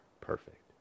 perfect